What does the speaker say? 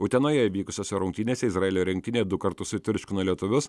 utenoje vykusiose rungtynėse izraelio rinktinė du kartus sutriuškino lietuvius